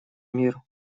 мир